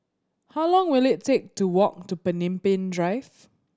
how long will it take to walk to Pemimpin Drive